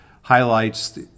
highlights